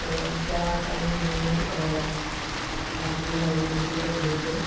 तर त्या टाईमी मी आठवी नववीमध्ये काही होतो